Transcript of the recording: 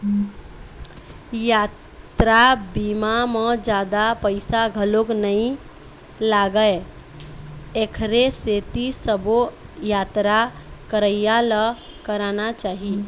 यातरा बीमा म जादा पइसा घलोक नइ लागय एखरे सेती सबो यातरा करइया ल कराना चाही